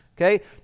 okay